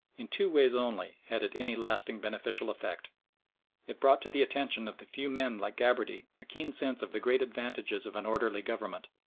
in two ways only had it any lasting beneficial effect it brought to the attention of the few men like gabarty a keen sense of the great advantages of an orderly government,